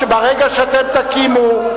ברגע שאתם תקימו,